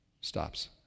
stops